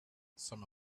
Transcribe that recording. some